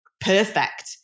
perfect